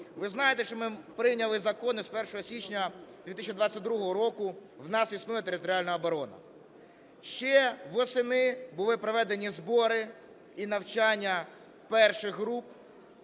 Ви знаєте, що ми прийняли закон і з 1 січня 2022 року в нас існує територіальна оборона. Ще восени були проведені збори і навчання перших груп